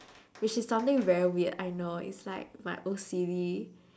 which is something very weird I know it's like my O_C_D